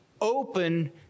open